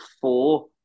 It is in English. four